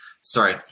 sorry